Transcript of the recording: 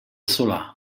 solà